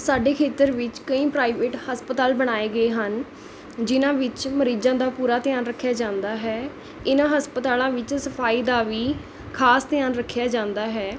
ਸਾਡੇ ਖੇਤਰ ਵਿੱਚ ਕਈ ਪ੍ਰਾਈਵੇਟ ਹਸਪਤਾਲ ਬਣਾਏ ਗਏ ਹਨ ਜਿਨ੍ਹਾਂ ਵਿੱਚ ਮਰੀਜ਼ਾਂ ਦਾ ਪੂਰਾ ਧਿਆਨ ਰੱਖਿਆ ਜਾਂਦਾ ਹੈ ਇਹਨਾਂ ਹਸਪਤਾਲਾਂ ਵਿੱਚ ਸਫ਼ਾਈ ਦਾ ਵੀ ਖਾਸ ਧਿਆਨ ਰੱਖਿਆ ਜਾਂਦਾ ਹੈ